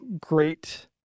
great